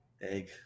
Egg